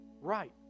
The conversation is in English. right